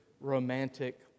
romantic